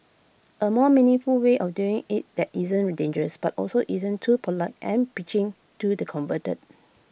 A more meaningful way of doing IT that isn't dangerous but also isn't too polite and preaching to the converted